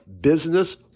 business